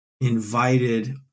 invited